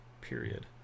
period